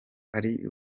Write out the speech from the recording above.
ari